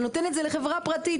אתה נותן את זה לחברה פרטית,